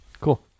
cool